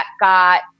got